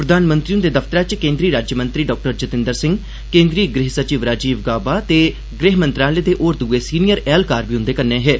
प्रधानमंत्री हुन्दे दफ्तरै च केन्द्री राज्यमंत्री डाक्टर जतिन्द्र सिंह केन्द्री गृह सचिव राजीव गावा ते गृह मंत्रालय दे होर दुए सीनियर ऐहलकार बी उन्दे कन्नै हे